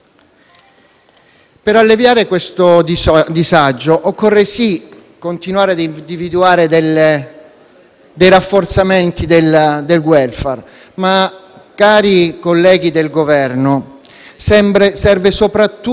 Per alleviare questo disagio occorre sì continuare ad individuare dei metodi per rafforzare il *welfare* ma, cari colleghi del Governo, serve soprattutto